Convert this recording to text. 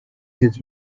his